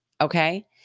Okay